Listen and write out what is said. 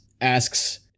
asks